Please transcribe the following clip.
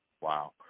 Wow